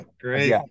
Great